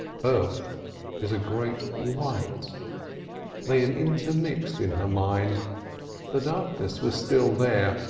birth is a great light they had intermixed in her mind the darkness was still there,